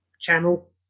Channel